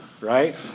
right